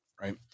right